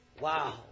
Wow